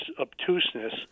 obtuseness